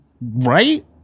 Right